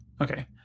Okay